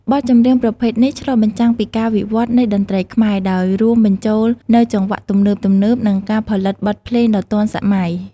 បទចម្រៀងប្រភេទនេះឆ្លុះបញ្ចាំងពីការវិវត្តន៍នៃតន្ត្រីខ្មែរ ដោយរួមបញ្ចូលនូវចង្វាក់ទំនើបៗ និងការផលិតបទភ្លេងដ៏ទាន់សម័យ។